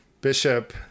bishop